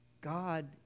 God